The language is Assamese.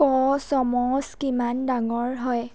ক'ছম'ছ কিমান ডাঙৰ হয়